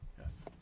Yes